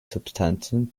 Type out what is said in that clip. substanzen